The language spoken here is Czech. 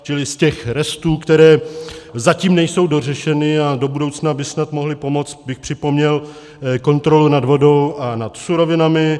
Z těch restů, které zatím nejsou dořešeny a do budoucna by snad mohly pomoci, bych připomněl kontrolu nad vodou a nad surovinami.